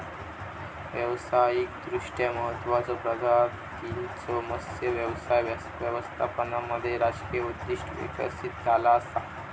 व्यावसायिकदृष्ट्या महत्त्वाचचो प्रजातींच्यो मत्स्य व्यवसाय व्यवस्थापनामध्ये राजकीय उद्दिष्टे विकसित झाला असा